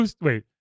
Wait